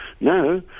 no